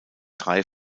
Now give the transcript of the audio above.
drei